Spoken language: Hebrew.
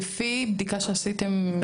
לפי בדיקה שעשיתם מדגמית?